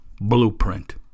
Blueprint